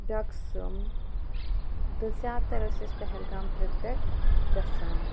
ڈٮ۪کسُم تہٕ زیادٕ تَر ٲسۍ أسۍ پہلگام ٹِرٛپ پٮ۪ٹھ گژھان